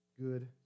good